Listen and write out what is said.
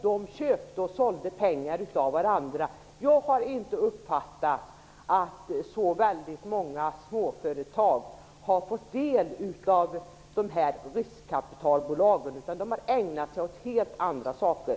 De bolag som bildades, Jag har inte uppfattat att så väldigt många småföretag har fått del av de här riskkapitalbolagen, utan de har ägnat sig åt helt andra saker.